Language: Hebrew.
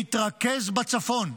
להתרכז בצפון.